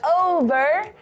over